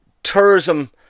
tourism